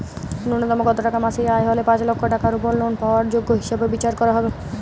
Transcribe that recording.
ন্যুনতম কত টাকা মাসিক আয় হলে পাঁচ লক্ষ টাকার উপর লোন পাওয়ার যোগ্য হিসেবে বিচার করা হবে?